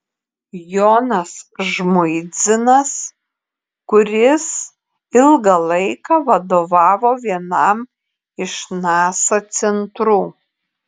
jonas žmuidzinas kuris ilgą laiką vadovavo vienam iš nasa centrų